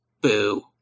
Boo